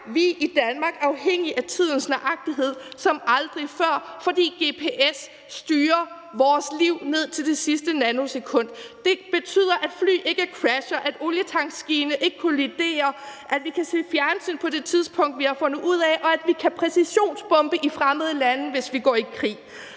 vi i Danmark afhængige af tidens nøjagtighed som aldrig før, fordi gps styrer vores liv ned til det sidste nanosekund. Det betyder, at fly ikke crasher, at olietankskibene ikke kolliderer, at vi kan se fjernsyn på det tidspunkt, vi har fundet ud af, og at vi kan præcisionsbombe i fremmede lande, hvis vi går i krig.